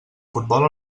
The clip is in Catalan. futbol